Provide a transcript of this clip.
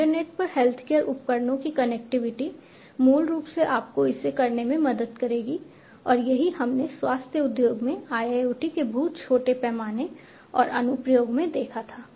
internet पर healthcare उपकरणों की कनेक्टिविटी मूल रूप से आपको इसे करने में मदद करेगी और यही हमने स्वास्थ्य उद्योग में IIoT के बहुत छोटे पैमाने और अनुप्रयोग में देखा था